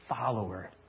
follower